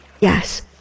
Yes